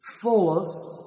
fullest